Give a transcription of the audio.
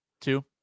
two